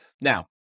Now